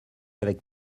avec